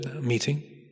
meeting